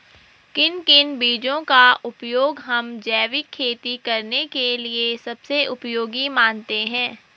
किन किन बीजों का उपयोग हम जैविक खेती करने के लिए सबसे उपयोगी मानते हैं?